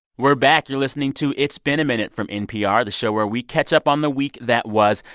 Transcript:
we're back. you're listening to it's been a minute from npr, the show where we catch up on the week that was.